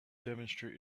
demonstrate